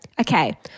Okay